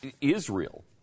Israel